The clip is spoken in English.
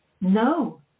No